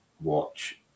watch